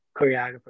choreographer